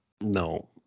No